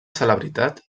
celebritat